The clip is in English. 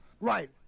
Right